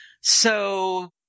So-